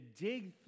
dig